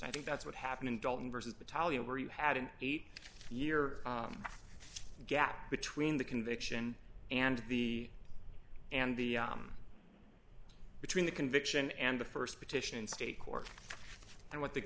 i think that's what happened in dalton versus battalion where you had an eight year gap between the conviction and the and the between the conviction and the st petition in state court and what the